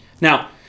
Now